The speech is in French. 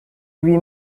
lui